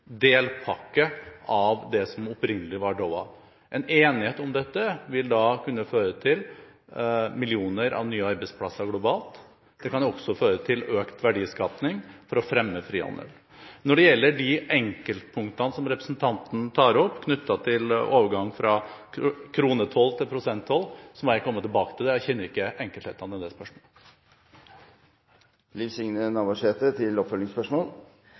delpakke av det som opprinnelig lå i Doha-runden. En enighet om dette vil kunne føre til millioner av nye arbeidsplasser globalt. Det kan også føre til økt verdiskaping for å fremme frihandel. Når det gjelder de enkeltpunktene som representanten Navarsete tar opp knyttet til overgang fra kronetoll til prosenttoll, må jeg komme tilbake til det. Jeg kjenner ikke enkelthetene i det spørsmålet.